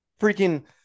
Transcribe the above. freaking